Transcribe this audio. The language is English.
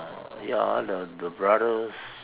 ya the the brothers